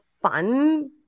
fun